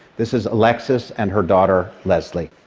this is alexis and her daughter lesley.